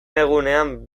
egunean